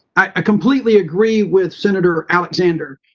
i completely agree with senator alexander,